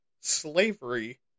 Slavery